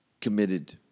committed